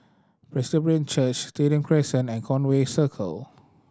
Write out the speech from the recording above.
Presbyterian Church Stadium Crescent and Conway Circle